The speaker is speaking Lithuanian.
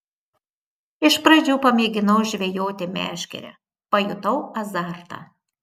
iš pradžių pamėginau žvejoti meškere pajutau azartą